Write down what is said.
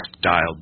dialed